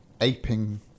aping